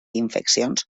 infeccions